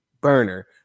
burner